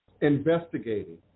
investigating